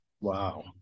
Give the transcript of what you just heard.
Wow